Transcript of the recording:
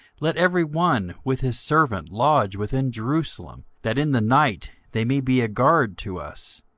let every one with his servant lodge within jerusalem, that in the night they may be a guard to us,